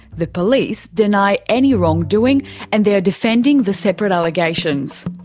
the police deny any wrongdoing and they are defending the separate allegations.